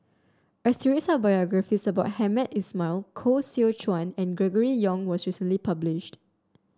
a series of biographies about Hamed Ismail Koh Seow Chuan and Gregory Yong was recently published